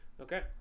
Okay